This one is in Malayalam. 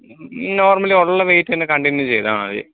നോർമ്മലീ ഉള്ള വേയ്റ്റ് തന്നെ കണ്ടിന്യൂ ചെയ്താൽ മതി